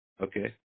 okay